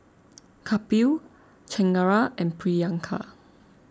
Kapil Chengara and Priyanka